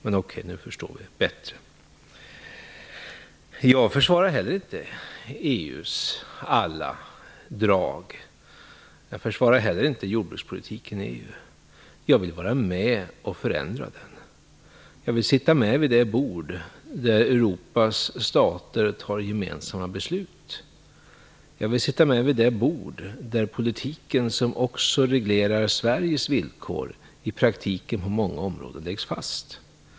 Men ok, nu förstår vi bättre. Jag försvarar heller inte EU:s alla drag. Jag försvarar heller inte jordbrukspolitiken i EU. Jag vill vara med att förändra den. Jag vill sitta med vid det bord där Europas stater fattar gemensamma beslut. Jag vill sitta med vid det bord där politiken som också reglerar Sveriges villkor i praktiken på många områden läggs fast.